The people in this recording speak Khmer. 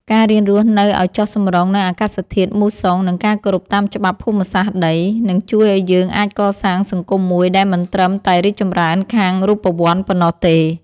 ការរៀនរស់នៅឱ្យចុះសម្រុងនឹងអាកាសធាតុមូសុង និងការគោរពតាមច្បាប់ភូមិសាស្ត្រដី នឹងជួយឱ្យយើងអាចកសាងសង្គមមួយដែលមិនត្រឹមតែរីកចម្រើនខាងរូបវន្តប៉ុណ្ណោះទេ។